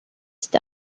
sites